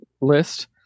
list